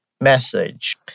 message